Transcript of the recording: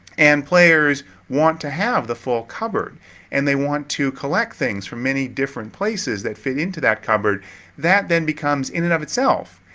and players want to have the full cover and they want to collect things from many different places that fit into that cover that then becomes in and of itself.